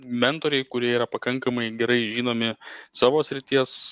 mentoriai kurie yra pakankamai gerai žinomi savo srities